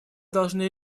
должны